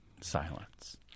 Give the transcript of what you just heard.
silence